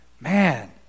man